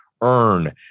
earn